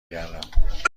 گردم